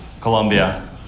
Colombia